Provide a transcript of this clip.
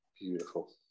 Beautiful